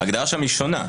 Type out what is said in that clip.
ההגדרה שם היא שונה.